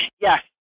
Yes